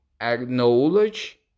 acknowledge